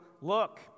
look